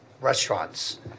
restaurants